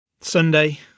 Sunday